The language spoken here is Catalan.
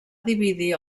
dividir